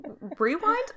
rewind